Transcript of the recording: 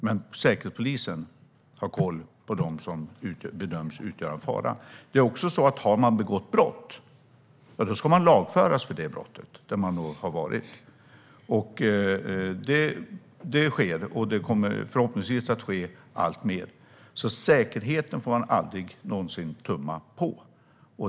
Men Säkerhetspolisen har koll på dem som bedöms utgöra en fara. Har man begått brott där man har varit ska man också lagföras för det brottet. Det sker, och det kommer förhoppningsvis att ske alltmer. Säkerheten får man aldrig någonsin tumma på.